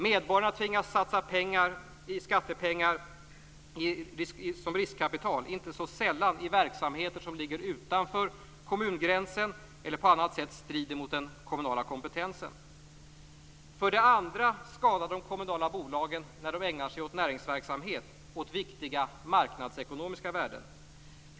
Medborgarna tvingas satsa skattepengar som riskkapital, inte så sällan i verksamheter som ligger utanför kommungränsen eller som på annat sätt strider mot den kommunala kompetensen. För det andra skadar de kommunala bolagen - när de ägnar sig åt näringsverksamhet - viktiga marknadsekonomiska värden.